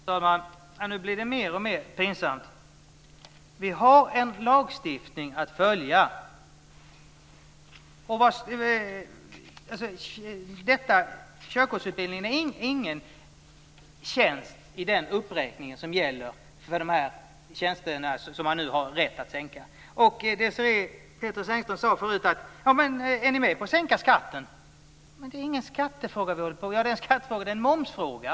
Fru talman! Nej, nu blir det mer och mer pinsamt. Vi har en lagstiftning att följa. Körkortsutbildningen är ingen tjänst som finns i den uppräkning av tjänster som man har rätt att sänka momsen på. Desirée Pethrus Engström sade förut: Är ni med på att sänka skatten? Men det är ju ingen skattefråga vi håller på med - det är en momsfråga!